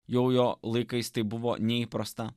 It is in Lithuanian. jo laikais tai buvo neįprasta